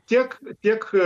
tiek tiek